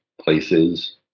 places